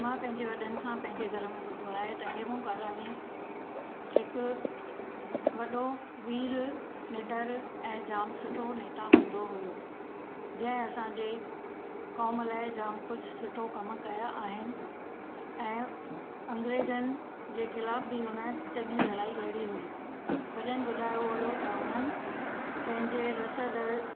मां पंहिंजे वॾनि खां पंहिंजे घर में ॿुधो आहे त हेमू कालानी हिकु वॾो वीर निडर ऐं जाम सुठो नेता हूंदो हुओ जंहिं असांजे कॉम लाइ जाम कुझु सुठो कम कया आहिनि ऐं अंग्रेज़नि जे ख़िलाफ बि उन चङी लड़ाई लड़ी हुई वॾनि ॿुधायो हुओ त उन्हनि पंहिंजे रसद